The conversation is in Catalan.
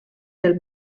del